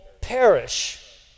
perish